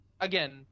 again